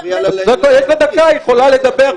מפריע לה --- יש לה דקה, היא יכולה לדבר.